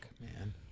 man